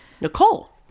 Nicole